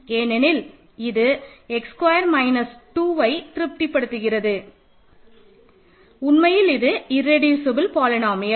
ஏனெனில் இது x square minus 2வை திருப்தி படுத்துகிறது உண்மையில் இது இர்ரெடியூசபல் பாலினோமியல்